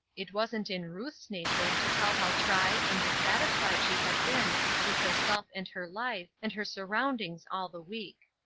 it wasn't in ruth's nature to tell how tried, and dissatisfied she had been with herself and her life, and her surroundings all the week.